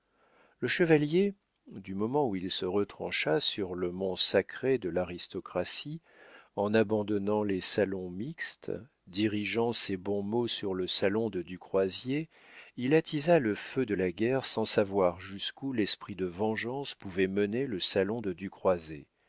le chevalier du moment où il se retrancha sur le mont sacré de l'aristocratie en abandonnant les salons mixtes dirigea ses bons mots sur le salon de du croisier il attisa le feu de la guerre sans savoir jusqu'où l'esprit de vengeance pouvait mener le salon de du croisier